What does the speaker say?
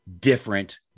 different